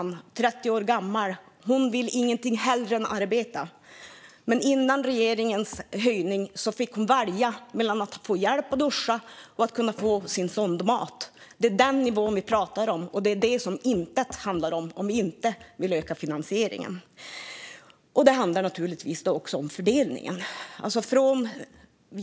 Hon är 30 år gammal och vill ingenting hellre än att arbeta, men före regeringens höjning fick hon välja mellan att få hjälp att duscha och att få sin sondmat. Det är den nivån vi pratar om. Det är detta som "intet" handlar om ifall vi inte vill öka finansieringen. Det handlar naturligtvis också om fördelningen.